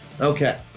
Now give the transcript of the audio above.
Okay